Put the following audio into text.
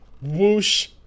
Whoosh